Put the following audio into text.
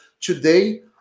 today